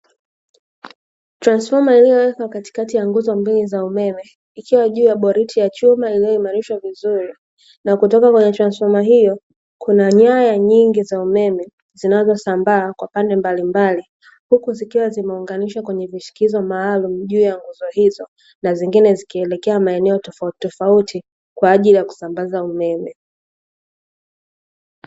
Transfoma iliyowekwa katikati ya nguzo mbili za umeme, ikiwa juu boriti ya chuma iliyoimarishwa vizuri na kutoka kwenye transfoma hiyo kuna nyaya nyingi za umeme zinazosambaa kwa pande mbalimbali, huku zikiwa zimeunganishwa kwenye vishikizo maalumu juu ya nguzo hizo na zingine zikielekea maeneo tofautitofauti kwa ajili ya kusambaza umeme.